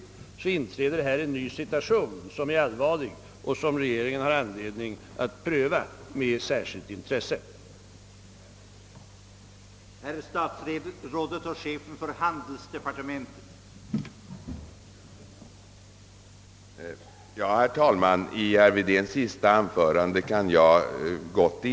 Då inträder en ny situation, som är allvarlig och som regeringen har anledning att pröva med särskilt intresse i synnerhet efter den stora omställningsprocess som redan ägt rum. Tillfälliga störningar skall däremot inte få påverka uppläggningen av handelspolitiken i stort.